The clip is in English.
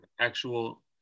actual